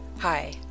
Hi